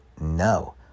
no